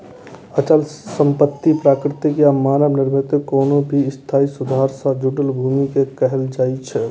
अचल संपत्ति प्राकृतिक या मानव निर्मित कोनो भी स्थायी सुधार सं जुड़ल भूमि कें कहल जाइ छै